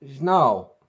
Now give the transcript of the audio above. No